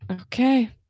okay